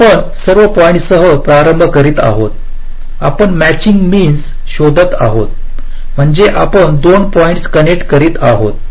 आपण सर्व पॉईंट्स सह प्रारंभ करीत आहोत आपण मॅचिंग मिनस शोधत आहोत म्हणजे आपण 2 पॉईंट्स कनेक्ट करीत आहोत